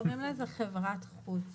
בחוק החברות קוראים לזה חברת חוץ.